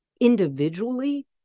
individually